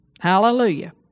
Hallelujah